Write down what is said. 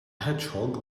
hedgehog